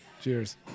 Cheers